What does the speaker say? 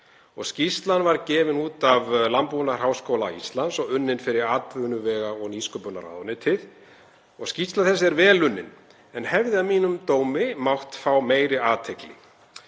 Skýrslan var gefin út af Landbúnaðarháskóla Íslands og unnin fyrir atvinnuvega- og nýsköpunarráðuneytið. Skýrsla þessi er vel unnin en hefði að mínum dómi mátt fá meiri athygli.